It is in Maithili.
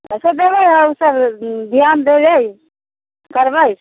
अच्छा देबै हम सब ध्यान देबे करबै